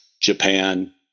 Japan